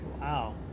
wow